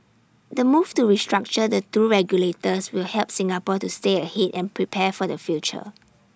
the move to restructure the two regulators will help Singapore to stay ahead and prepare for the future